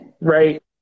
Right